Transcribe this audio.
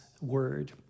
word